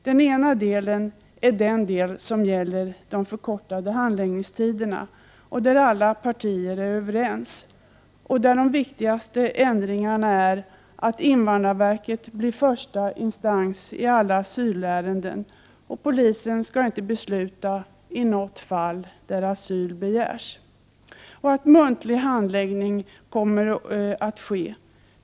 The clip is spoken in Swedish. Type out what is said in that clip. Den ena delen är den som gäller de förkortade handläggningstiderna om vilka alla partier är överens. Där är de viktigaste ändringarna följande. Invandrarverket blir första instans i alla asylärenden. Polisen skall inte besluta i något fall där asyl begärs. Muntlig handläggning kommer också att ske.